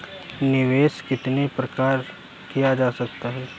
निवेश कितनी प्रकार से किया जा सकता है?